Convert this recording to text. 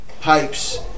pipes